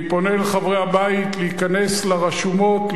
אני פונה אל חברי הבית להיכנס לרשומות,